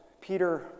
Peter